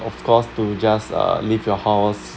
of course to just uh leave your house